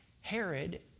Herod